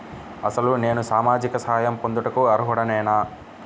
అసలు నేను సామాజిక సహాయం పొందుటకు అర్హుడనేన?